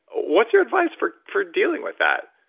what's your advice for for dealing with that?